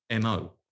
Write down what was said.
mo